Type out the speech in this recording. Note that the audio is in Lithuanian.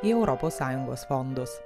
į europos sąjungos fondus